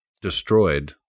destroyed